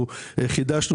חידשנו